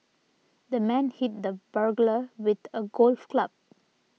the man hit the burglar with a golf club